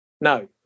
No